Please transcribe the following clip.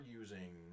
using